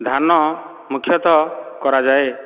ଧାନ ମୁଖ୍ୟତଃ କରାଯାଏ